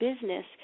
business